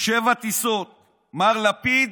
שבע טיסות, מר לפיד,